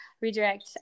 redirect